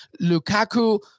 Lukaku